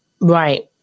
Right